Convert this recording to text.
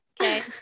Okay